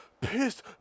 Pissed